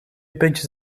pintjes